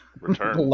return